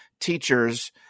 teachers